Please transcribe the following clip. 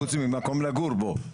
חוץ ממקום לגור בו.